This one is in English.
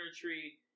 tree